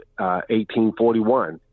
1841